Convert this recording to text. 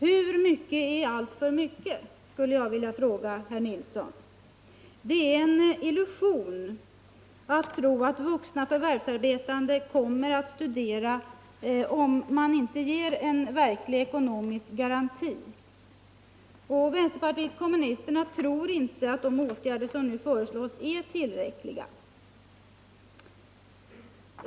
Hur mycket är alltför mycket, skulle jag vilja fråga herr Nilsson. Det är en illusion att tro att vuxna förvärvsarbetande kommer att studera om de inte ges en verklig ekonomisk garanti. Vänsterpartiet kommunisterna tror inte att de åtgärder som nu föreslås är tillräckliga.